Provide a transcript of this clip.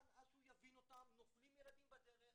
עד שהוא יבין אותו נופלים ילדים בדרך,